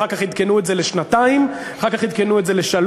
אחר כך עדכנו את זה לשנתיים ואחר כך עדכנו את זה לשלוש.